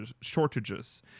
shortages